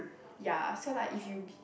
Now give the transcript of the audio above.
ya so like if you gi~